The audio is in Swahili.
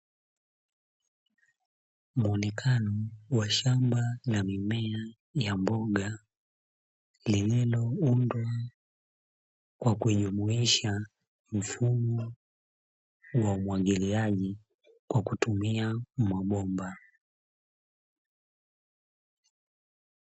Mwonekano wa shamba la mimea ya mboga, lililoundwa kwa kujumuisha mfumo wa umwagiliaji kwa kutumia mabomba.